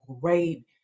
great